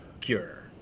cure